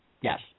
Yes